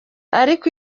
ariko